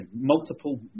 multiple